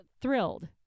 thrilled